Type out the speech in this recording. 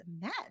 met